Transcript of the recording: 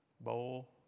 bowl